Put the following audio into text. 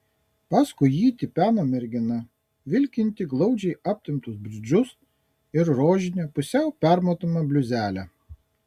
paskui jį tipeno mergina vilkinti glaudžiai aptemptus bridžus ir rožinę pusiau permatomą bliuzelę